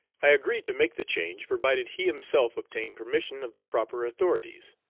i agreed to make the change, provided he himself obtained permission of the proper authorities.